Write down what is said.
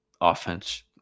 offense